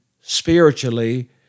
spiritually